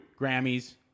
Grammys